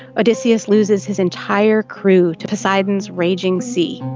odysseus loses his entire crew to poseidon's raging sea.